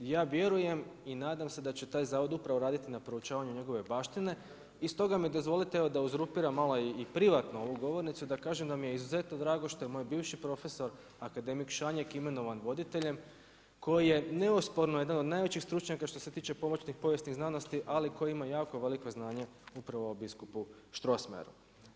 Ja vjerujem i nadam se da će taj zavod upravo raditi na proučavanju njegove baštine, i stoga mi dozvolite da evo uzurpiram malo i privatno ovu govornicu, da kažem da mi je izuzetno drago što je moj bivši profesor, akademik Šanjek imenovan voditeljem koji je neosporno jedan od najvećih stručnjaka što se tiče pomoćnih povijesnih znanosti, ali koji ima jako veliko znanje upravo o biskupu Strossmayeru.